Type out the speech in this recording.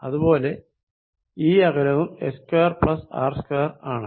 അതുപോലെ ഈ അകലവും h2R2 ആണ്